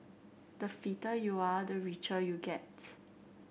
the fitter you are the richer you get